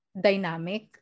dynamic